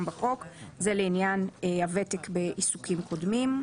בחוק"; זה לעניין הוותק בעיסוקים קודמים.